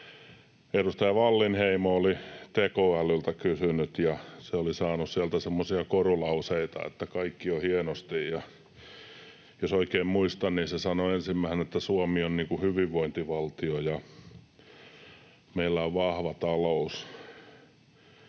Edustaja Wallinheimo oli tekoälyltä kysynyt, ja hän oli saanut sieltä semmoisia korulauseita, että kaikki on hienosti, ja jos oikein muistan, niin se sanoi ensimmäisenä, että Suomi on hyvinvointivaltio ja meillä on vahva talous.